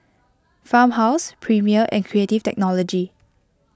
Farmhouse Premier and Creative Technology